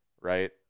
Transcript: right